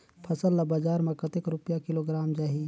फसल ला बजार मां कतेक रुपिया किलोग्राम जाही?